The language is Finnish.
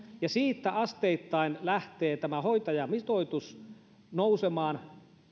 siitä lähtee tämä hoitajamitoitus asteittain nousemaan